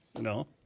No